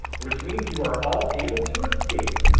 which means you are all able to escape.